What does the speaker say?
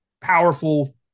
powerful